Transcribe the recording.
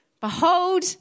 Behold